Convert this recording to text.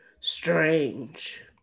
strange